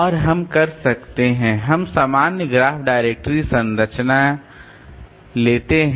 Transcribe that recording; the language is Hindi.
और हम कर सकते हैं हम सामान्य ग्राफ डायरेक्टरी संरचना है